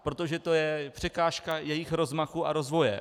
Protože to je překážka jejich rozmachu a rozvoje.